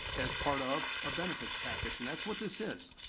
as part of a benefits package, and that's what this is.